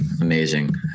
amazing